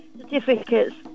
certificates